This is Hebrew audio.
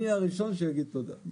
אני הראשון שיגיד תודה.